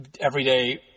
everyday